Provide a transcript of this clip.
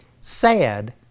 sad